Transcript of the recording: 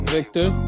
Victor